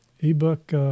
e-book